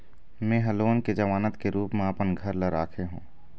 में ह लोन के जमानत के रूप म अपन घर ला राखे हों